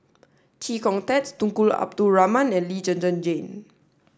Chee Kong Tet Tunku Abdul Rahman and Lee Zhen Zhen Jane